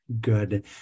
good